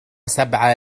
سبعة